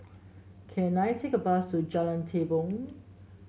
can I take a bus to Jalan Tepong